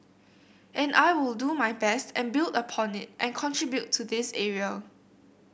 and I will do my best and build upon it and contribute to this area